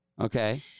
Okay